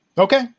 Okay